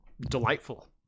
delightful